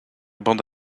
bande